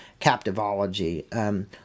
Captivology –